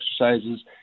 exercises